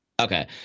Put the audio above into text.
Okay